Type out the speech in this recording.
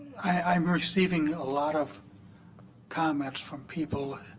i am receiving a lot of comments from people,